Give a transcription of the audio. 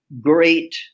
great